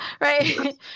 right